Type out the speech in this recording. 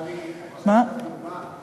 את מרשה לי לתת לך דוגמה?